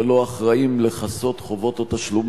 אבל לא אחראים לשאת בחובות או בתשלומים